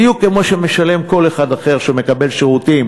בדיוק כמו שמשלם כל אחד אחר שמקבל שירותים